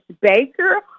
Baker